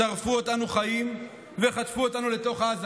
שרפו אותנו חיים וחטפו אותנו לתוך עזה,